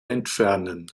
entfernen